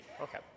Okay